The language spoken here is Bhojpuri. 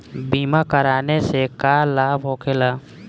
बीमा कराने से का लाभ होखेला?